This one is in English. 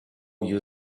you